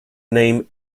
name